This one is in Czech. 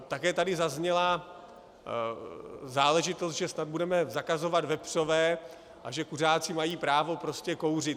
Také tady zazněla záležitost, že snad budeme zakazovat vepřové a že kuřáci mají právo kouřit.